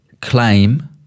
claim